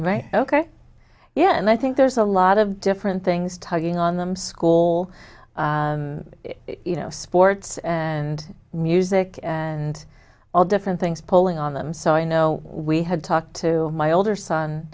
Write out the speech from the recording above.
right ok yeah and i think there's a lot of different things tugging on them school you know sports and music and all different things pulling on them so i know we had talked to my older son